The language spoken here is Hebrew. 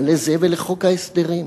מה לזה ולחוק ההסדרים?